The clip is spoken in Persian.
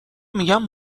میگم